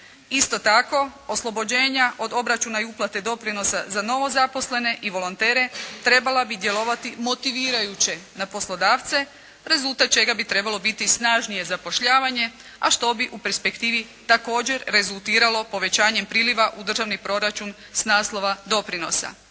Isto tako oslobođenja od obračuna i uplate doprinosa za novozaposlene i volontere trebala bi djelovati motivirajuće na poslodavce rezultat čega bi trebalo biti snažnije zapošljavanje a što bi u perspektivi također rezultiralo povećanjem priliva u državni proračun s naslova doprinosa.